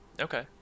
Okay